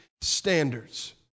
standards